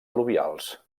al·luvials